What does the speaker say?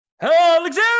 Alexander